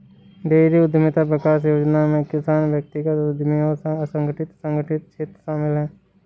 dairy उद्यमिता विकास योजना में किसान व्यक्तिगत उद्यमी और असंगठित संगठित क्षेत्र शामिल है